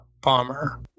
bomber